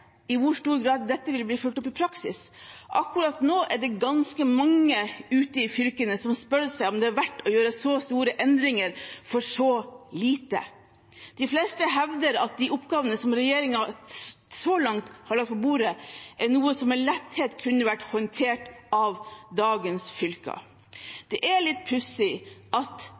i hvor stor grad dette vil bli fulgt opp i praksis. Akkurat nå er det ganske mange ute i fylkene som spør seg om det er verdt å gjøre så store endringer for så lite. De fleste hevder at de oppgavene som regjeringen så langt har lagt på bordet, er noe som med letthet kunne vært håndtert av dagens fylker. Det er litt pussig at